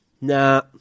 nah